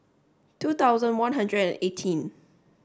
two thousand one hundred and eighteen